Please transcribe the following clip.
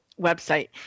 website